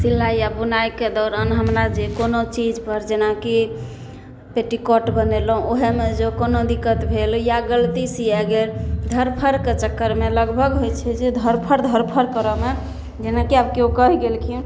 सिलाइ या बुनाइके दौरान हमरा जे कोनो चीजपर जेनाकि पेटीकोट बनेलहुँ ओहेमे जँ कोनो दिक्कत भेल या गलती सिए गेल धरफड़के चक्करमे लगभग होइ छै जे धरफड़ होइ छै धरफड़ धरफड़ करऽमे जेनाकि आब केओ कहि गेलखिन